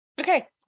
okay